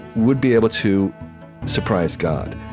would be able to surprise god.